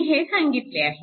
मी हे सांगितले आहे